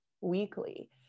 weekly